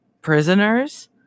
prisoners